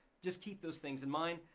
just keep those things in mind.